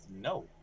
no